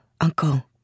uncle